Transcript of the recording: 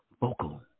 vocal